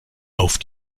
auf